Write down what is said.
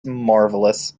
marvelous